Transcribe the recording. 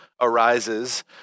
arises